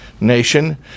nation